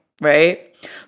right